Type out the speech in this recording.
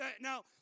Now